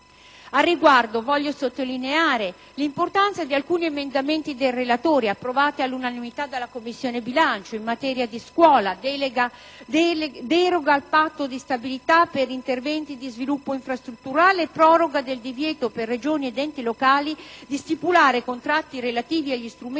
Al riguardo, voglio sottolineare l'importanza di alcuni emendamenti del relatore, approvati all'unanimità dalla Commissione bilancio, in materia di scuola, deroga al patto di stabilità per interventi di sviluppo infrastrutturale e proroga del divieto per Regioni ed enti locali di stipulare contratti relativi agli strumenti